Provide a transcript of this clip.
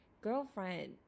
girlfriend